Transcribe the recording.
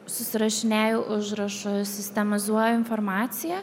susirašinėju užrašus sistemizuoju informaciją